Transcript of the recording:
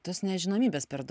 tos nežinomybės per dau